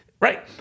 Right